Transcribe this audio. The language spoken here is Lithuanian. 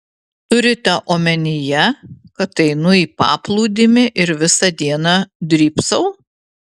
turite omenyje kad einu į paplūdimį ir visą dieną drybsau